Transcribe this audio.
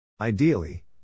Ideally